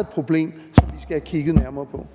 et problem, som vi skal have kigget nærmere på.